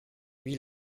wie